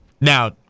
Now